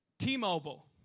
T-Mobile